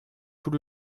tout